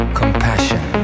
compassion